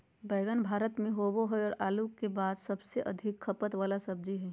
बैंगन भारत में होबो हइ और आलू के बाद सबसे अधिक खपत वाला सब्जी हइ